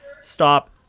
stop